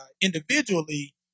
individually